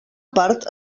part